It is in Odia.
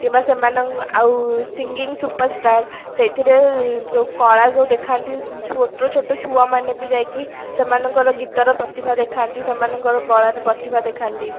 କିମ୍ବା ସେମାନଙ୍କ ଆଉ ସିଙ୍ଗିଙ୍ଗି ସୁପରଷ୍ଟାର ସେଇଥିରେ ଯେଉଁ କଳା ଯେଉଁ ଦେଖାନ୍ତି ଛୋଟ ଛୋଟ ଛୁଆମାନେ ବି ଯାଇକି ସେମାନଙ୍କର ଗୀତର ପ୍ରତିଭା ଦେଖାନ୍ତି ସେମାନଙ୍କର କଳାର ପ୍ରତିଭା ଦେଖାନ୍ତି